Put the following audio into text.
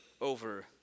over